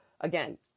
again